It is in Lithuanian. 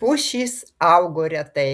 pušys augo retai